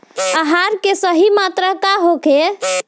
आहार के सही मात्रा का होखे?